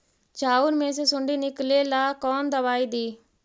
चाउर में से सुंडी निकले ला कौन दवाई दी?